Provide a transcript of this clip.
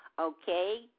Okay